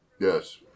Yes